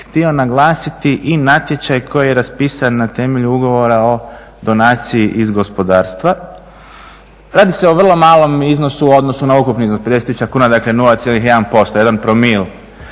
htio naglasiti i natječaj koji je raspisan na temelju ugovora o donaciji iz gospodarstva. Radi se o vrlo malom iznosu u odnosu na ukupni iznos od 50 tisuća kuna, dakle 0,1%, jedan promil,